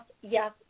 yes